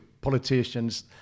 politicians